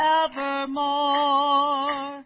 evermore